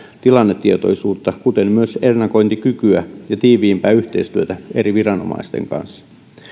tilannetietoisuutta kuten myös ennakointikykyä ja tiiviimpää yhteistyötä eri viranomaisten kanssa